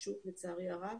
לצערי הרב.